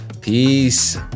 Peace